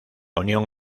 unión